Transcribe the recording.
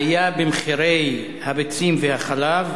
עלייה במחירי הביצים והחלב,